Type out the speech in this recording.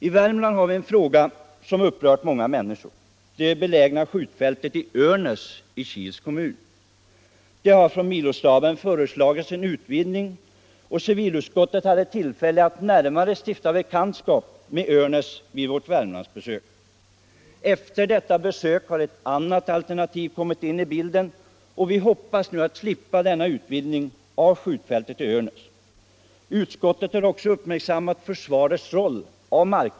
I Värmland har vi en fråga som upprört många människor, nämligen skjutfältet i Örnäs i Kils kommun. Milostaben har föreslagit en utvidgning. Civilutskottet hade tillfälle att närmare stifta bekantskap med Örnäs vid sitt Värmlandsbesök. Efter detta besök har ett annat alternativ kommit med i bilden, och vi hoppas nu slippa denna utvidgning av skjutfältet i Örnäs. Utskottet har uppmärksammat försvarets markbehov.